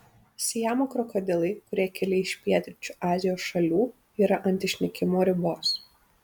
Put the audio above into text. siamo krokodilai kurie kilę iš pietryčių azijos šalių yra ant išnykimo ribos